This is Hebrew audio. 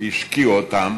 והשקיעו אותם